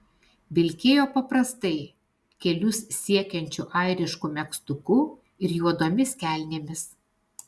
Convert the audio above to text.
vilkėjo paprastai kelius siekiančiu airišku megztuku ir juodomis kelnėmis